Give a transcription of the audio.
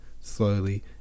slowly